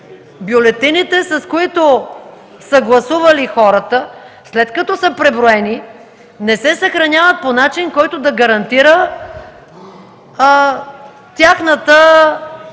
бюлетините, с които хората са гласували, след като са преброени, не се съхраняват по начин, който да гарантира тяхната